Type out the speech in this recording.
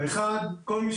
הדיון הזה הוא מהותי.